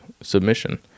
submission